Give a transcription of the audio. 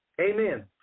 Amen